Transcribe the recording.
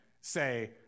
say